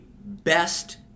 best